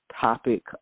topic